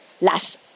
las